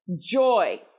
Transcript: Joy